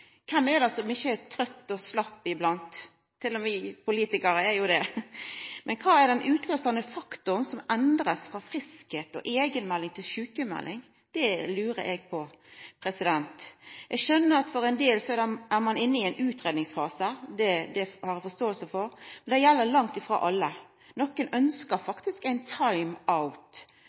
Kven er det som ikkje er trøytt og slapp iblant? Til og med vi politikarar er jo det. Men kva er den utløysande faktoren som endrar friskleik og eigenmelding til sjukmelding? Det lurer eg på. Eg skjønar at ein del er inne i ein utgreiingsfase. Det har eg forståing for. Men det gjeld langt frå alle. Nokre ønskjer faktisk ein